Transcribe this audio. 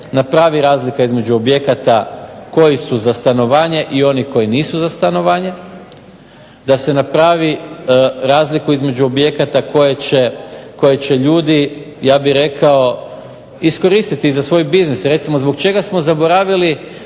napravi razlika između objekata koji su za stanovanje i onih koji nisu za stanovanje. Da se napravi razliku između objekata koje će ljudi ja bih rekao iskoristiti i za svoj biznis. Recimo zbog čega smo zaboravili